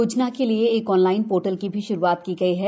योजना के लिए एक ऑनलाइन पोर्टल की भी श्रुआत की गयी है